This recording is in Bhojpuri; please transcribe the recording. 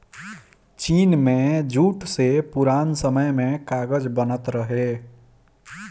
चीन में जूट से पुरान समय में कागज बनत रहे